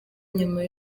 nyuma